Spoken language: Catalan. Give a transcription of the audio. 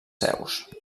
seus